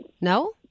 No